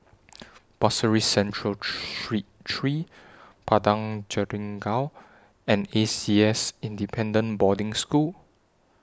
Pasir Ris Central Street three Padang Jeringau and A C S Independent Boarding School